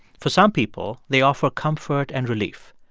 for some people, they offer comfort and relief.